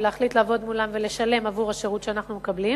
להחליט לעבוד מולם ולשלם עבור השירות שאנחנו מקבלים,